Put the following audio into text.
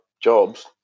jobs